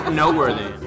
noteworthy